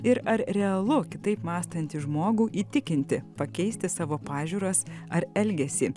ir ar realu kitaip mąstantį žmogų įtikinti pakeisti savo pažiūras ar elgesį